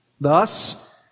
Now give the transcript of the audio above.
Thus